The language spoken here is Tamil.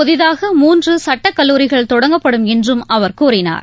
புதிதாக மூன்று சட்டக்கல்லூரிகள் தொடங்கப்படும் என்றும் அவர் கூறினார்